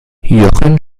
jochen